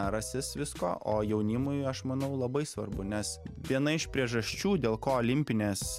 rasis visko o jaunimui aš manau labai svarbu nes viena iš priežasčių dėl ko olimpinės